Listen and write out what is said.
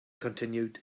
continued